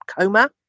coma